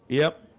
yep